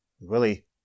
Willie